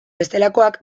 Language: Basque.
bestelakoak